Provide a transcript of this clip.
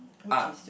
art